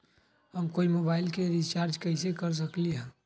हम कोई मोबाईल में रिचार्ज कईसे कर सकली ह?